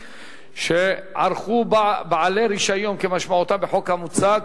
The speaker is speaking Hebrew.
שערכו בעלי רשיון כמשמעותם בחוק המוצע,